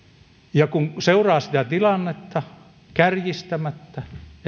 ja kun seuraa sitä tilannetta kärjistämättä